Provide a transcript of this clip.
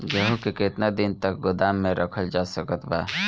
गेहूँ के केतना दिन तक गोदाम मे रखल जा सकत बा?